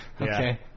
Okay